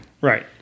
right